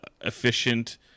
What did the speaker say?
efficient